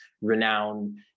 renowned